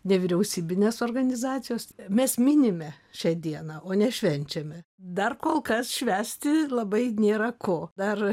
nevyriausybinės organizacijos mes minime šią dieną o ne švenčiame dar kol kas švęsti labai nėra ko dar